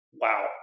wow